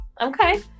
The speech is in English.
Okay